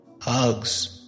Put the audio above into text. Hugs